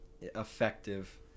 effective